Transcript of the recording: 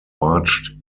marched